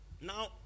Now